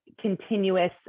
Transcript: continuous